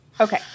Okay